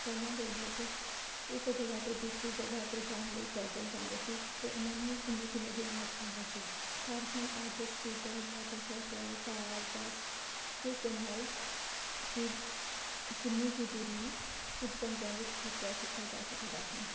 ਪਹਿਲਾਂ ਦੇ ਲੋਕ ਇੱਕ ਜਗ੍ਹਾ ਤੋਂ ਦੂਸਰੀ ਜਗ੍ਹਾ 'ਤੇ ਜਾਣ ਲਈ ਪੈਦਲ ਜਾਂਦੇ ਸੀ ਅਤੇ ਉਹਨਾਂ ਨੂੰ ਕਿੰਨੇ ਕਿੰਨੇ ਦਿਨ ਲੱਗ ਜਾਂਦੇ ਸੀ ਪਰ ਹੁਣ ਅੱਜ ਸਕੂਟਰ ਮੋਟਰਸਾਈਕਲ ਕਾਰ ਬੱਸ ਜਿਸਦੇ ਨਾਲ਼ ਕਿ ਕਿੰਨੀ ਹੀ ਦੂਰੀ ਨੂੰ ਕੁਝ ਘੰਟਿਆਂ ਵਿੱਚ ਹੀ ਤੈਅ ਕੀਤਾ ਜਾ ਸਕਦਾ ਹੈ